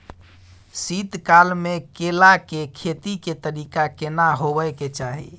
शीत काल म केला के खेती के तरीका केना होबय के चाही?